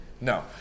No